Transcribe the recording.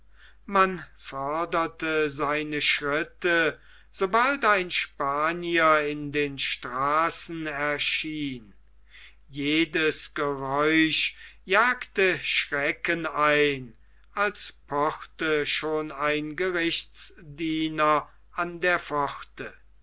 man förderte seine schritte sobald ein spanier in den straßen erschien jedes geräusch jagte schrecken ein als pochte schon ein gerichtsdiener an der